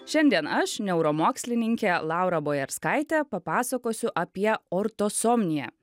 šiandien aš neuromokslininkė laura bojarskaitė papasakosiu apie ortosomniją